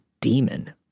demon